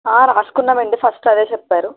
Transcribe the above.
రాసుకున్నాం అండి ఫస్ట్ అదే చెప్పారు